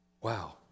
Wow